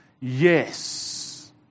yes